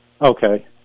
Okay